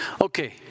Okay